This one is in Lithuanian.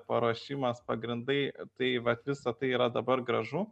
paruošimas pagrindai tai vat visa tai yra dabar gražu